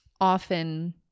often